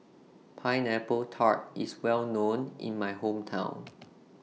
Pineapple Tart IS Well known in My Hometown